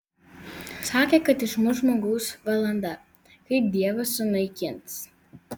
sakė kad išmuš žmogaus valanda kai dievas sunaikins